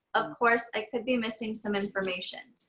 of course i could be missing some information,